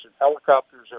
helicopters